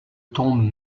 tombes